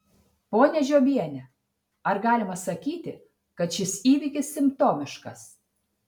ponia žiobiene ar galima sakyti kad šis įvykis simptomiškas